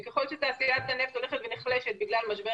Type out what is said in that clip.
וככל שתעשיית הנפט הולכת ונחלשת בגלל משבר